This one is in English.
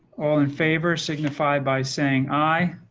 all in favor signify by saying aye.